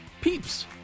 Peeps